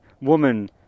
woman